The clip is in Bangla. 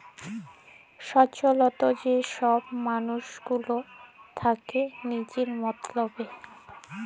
স্বতলত্র যে ছব মালুস গিলা থ্যাকবেক লিজের মতল